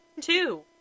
two